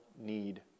need